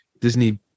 Disney